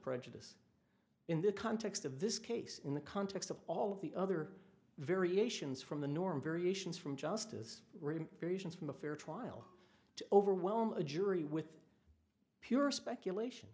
prejudice in the context of this case in the context of all of the other variations from the norm variations from justice variations from a fair trial to overwhelm a jury with pure speculation